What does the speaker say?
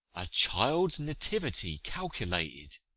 a child's nativity calculated!